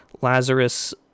Lazarus